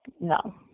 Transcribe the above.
No